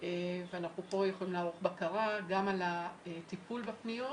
ואנחנו פה יכולים לערוך בקרה גם על הטיפול בפניות,